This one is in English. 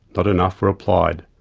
not enough were applied,